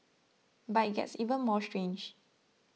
but it gets even more strange